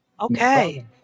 Okay